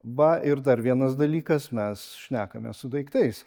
va ir dar vienas dalykas mes šnekame su daiktais